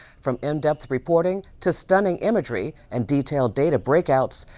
from in-depth reporting to stunning imagery and detailed data breakouts,